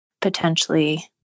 potentially